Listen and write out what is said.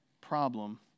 problem